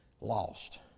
lost